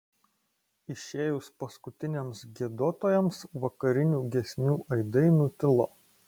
išėjus paskutiniams giedotojams vakarinių giesmių aidai nutilo